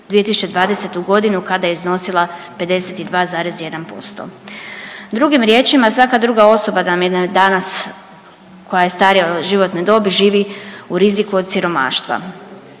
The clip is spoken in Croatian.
2020.g. kada je iznosila 52,1%. Drugim riječima, svaka druga osoba danas koja je starije životne dobi živi u riziku od siromaštva.